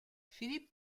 philippe